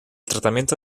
tratamiento